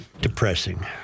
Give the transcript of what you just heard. depressing